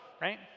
right